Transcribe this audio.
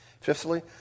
Fifthly